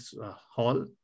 Hall